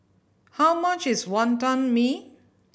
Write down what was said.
how much is Wonton Mee